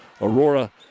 Aurora